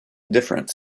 different